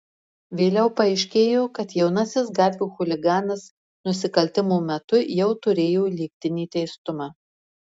vėliau paaiškėjo kad jaunasis gatvių chuliganas nusikaltimo metu jau turėjo lygtinį teistumą